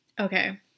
Okay